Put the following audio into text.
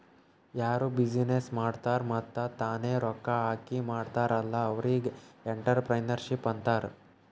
ಯಾರು ಬಿಸಿನ್ನೆಸ್ ಮಾಡ್ತಾರ್ ಮತ್ತ ತಾನೇ ರೊಕ್ಕಾ ಹಾಕಿ ಮಾಡ್ತಾರ್ ಅಲ್ಲಾ ಅವ್ರಿಗ್ ಎಂಟ್ರರ್ಪ್ರಿನರ್ಶಿಪ್ ಅಂತಾರ್